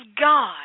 God